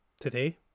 Today